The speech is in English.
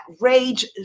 rage